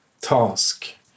task